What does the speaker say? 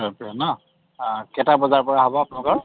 সোতৰৰ পৰা ন' অ কেইটা বজাৰ পৰা হ'ব আপোনালোকৰ